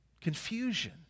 Confusion